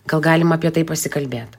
gal galim apie tai pasikalbėt